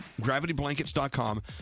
gravityblankets.com